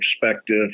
perspective